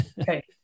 Okay